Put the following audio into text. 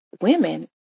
women